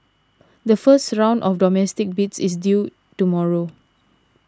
the first round of domestic bids is due tomorrow